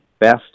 best